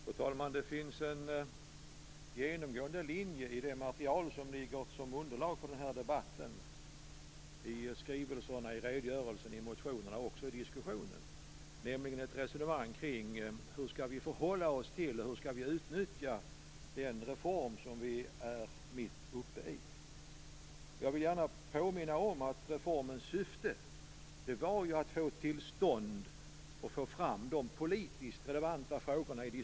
Fru talman! Det finns en genomgående linje i det material som ligger som underlag för den här debatten. Den finns i skrivelsen, i redogörelsen, i motionerna och också i diskussionen. Det är ett resonemang kring hur vi skall förhålla oss till, och utnyttja, den reform som vi är mitt uppe i. Jag vill gärna påminna om att reformens syfte var att få till stånd en diskussion och att få fram de politiskt relevanta frågorna.